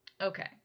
Okay